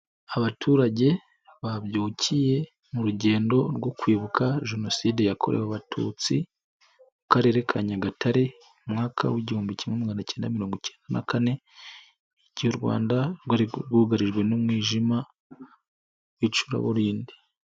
Abaturage babyukiye mu rugendo rwo kwibuka jenoside yakorewe abatutsi mu karere ka Nyagatare mwaka w'igihumbi kimwe magana kenda mirongo ikenda na kane, igihe u Rwanda rwari rwugarijwe n'umwijima w'icuraburindi.